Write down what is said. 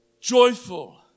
joyful